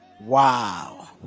Wow